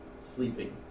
sleeping